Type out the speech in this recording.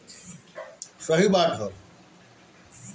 अचल पूंजी में संपत्ति स्थाई होखेला